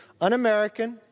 un-American